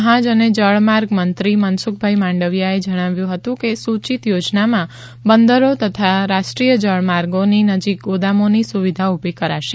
જહાજ અને જળમાર્ગ મંત્રી મનસુખભાઇ માંડવીયાએ જણાવ્યું હતું કે સુચિત યોજનામાં બંદરો તથા રાષ્ટ્રીય જળમાર્ગોની નજીક ગોદામોની સુવિધા ઉભી કરાશે